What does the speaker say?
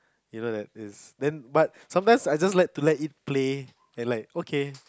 you know that is then but sometimes I just like to let it play and like okay